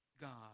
God